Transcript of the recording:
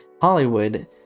Hollywood